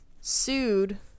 sued